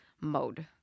mode